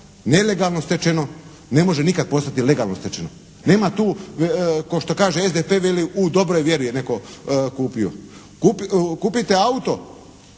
nelegalno stečeno ne može nikad postati legalno stečeno. Nema tu kao što kaže SDP veli u dobroj vjeri je netko kupio. Kupite auto,